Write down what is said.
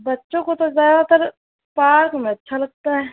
بچوں کو تو زیادہ تر پارک میں اچھا لگتا ہے